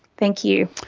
thank you.